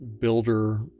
builder